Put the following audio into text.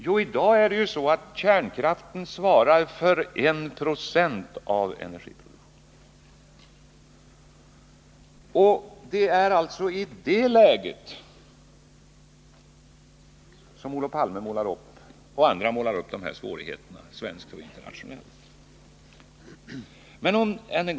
Jo, i dag svarar kärnkraften för 1 90 av energin. I det läget målar Olof Palme och andra upp de här svårigheterna i Sverige och internationellt.